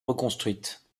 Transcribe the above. reconstruite